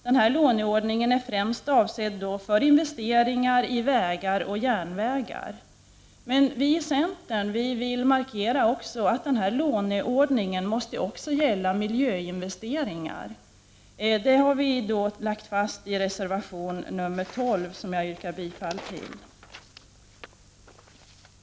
Denna låneordning är främst avsedd för investeringar i vägar och järnvägar. Men vi i centern vill markera att denna låneordning även måste gälla miljöinvesteringar. Detta har vi slagit fast i reservation 12, som jag yrkar bifall till.